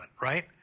right